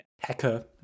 hacker